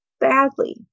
badly